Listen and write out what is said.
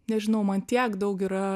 nežinau man tiek daug yra